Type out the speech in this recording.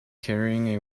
carrying